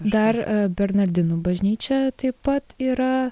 dar bernardinų bažnyčia taip pat yra